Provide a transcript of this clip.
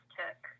took